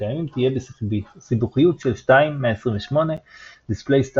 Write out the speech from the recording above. הקיימים תהיה בסיבוכיות של 2 128 \displaystyle 2^{128}